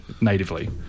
natively